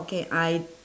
okay I